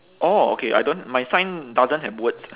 orh okay I don't my sign doesn't have words